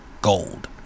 Gold